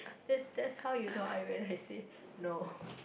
that's that's how you know I realising no